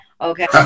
okay